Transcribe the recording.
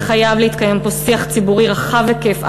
וחייב להתקיים פה שיח ציבורי רחב היקף,